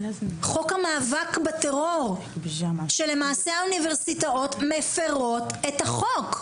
חוק המאבק בטרור שלמעשה האוניברסיטאות מפירות את החוק.